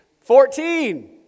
Fourteen